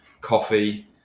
Coffee